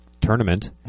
tournament